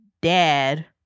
dad